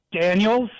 Daniels